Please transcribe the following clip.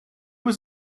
was